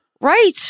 Right